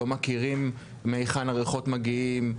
לא מכירים מהיכן הריחות מגיעים,